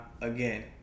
again